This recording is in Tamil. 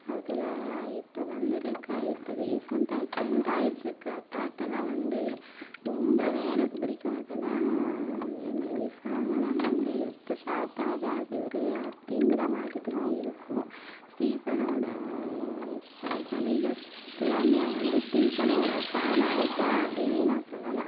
அதில் இப்போது வந்துருக்க இப்போ ரீசன்ட்டாக ட்ரெண்டாயிட்ருக்க பாட்டல்லாம் வந்து ரொம்பவே எனக்கு பிடிக்கும் அதெல்லாம் அதேமாரி சாங்கெல்லாம் வந்து எப்புடிறா பாடுறாரு இவரு அப்படிங்கிற மாதிரி தான் இருக்கும் ஸ்டீஃபனோடய இப்போ சமீபத்தில் நான் வந்து ஸ்டீஃபனோடய ஃபேனாயிட்டேன் அப்படினே நான் சொல்லலாம்